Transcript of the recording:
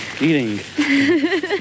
eating